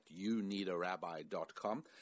youneedarabbi.com